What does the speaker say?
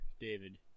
david